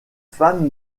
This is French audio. femme